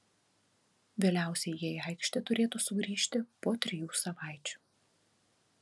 vėliausiai jie į aikštę turėtų sugrįžti po trijų savaičių